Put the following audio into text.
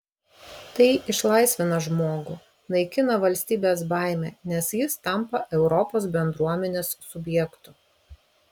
tai išlaisvina žmogų naikina valstybės baimę nes jis tampa europos bendruomenės subjektu